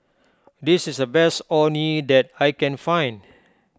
this is the best Orh Nee that I can find